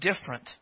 different